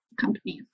companies